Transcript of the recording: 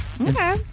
Okay